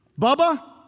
Bubba